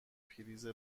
پریز